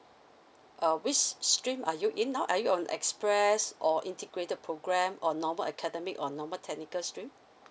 uh which stream are you in now are you on express or integrated program or normal academic or normal technical stream